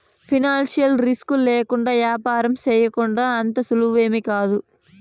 financial risk లేకుండా యాపారం సేయడం అంత సులువేమీకాదు